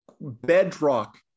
bedrock